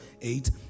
eight